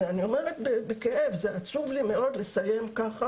אני אומרת בכאב, עצוב לי מאוד לסיים כך